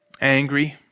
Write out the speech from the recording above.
angry